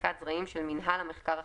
לבדיקת זרעים של מינהל המחקר החקלאי,